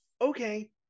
okay